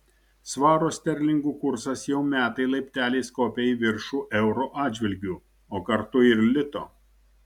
svaro sterlingų kursas jau metai laipteliais kopia į viršų euro atžvilgiu o kartu ir lito